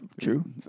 True